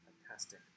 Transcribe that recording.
fantastic